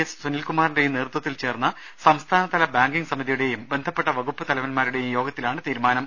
S സുനിൽകുമാറിന്റെയും നേതൃത്വത്തിൽ ചേർന്ന സംസ്ഥാനതല ബാങ്കിങ് സമിതിയുടേയും ബന്ധപ്പെട്ട വകുപ്പു തലവൻമാരുടേയും യോഗത്തിലാണ് തീരുമാനം